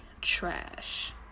trash